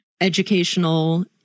Educational